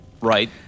Right